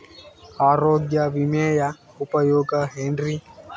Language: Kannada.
ಆರೋಗ್ಯ ವಿಮೆಯ ಉಪಯೋಗ ಏನ್ರೀ?